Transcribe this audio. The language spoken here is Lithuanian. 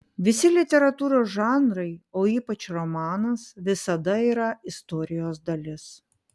visi literatūros žanrai o ypač romanas visada yra istorijos dalis